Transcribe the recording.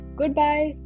goodbye